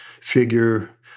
figure